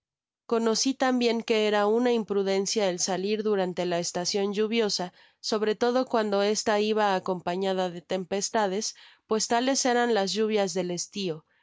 conoci tambien que era una imprudencia el salir durante la estacion lluviosa sobre todo cuando esta iba acompañada de tempestades pues tales eran las lluvias del eslio